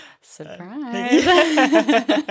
Surprise